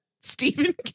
Stephen